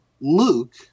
Luke